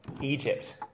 Egypt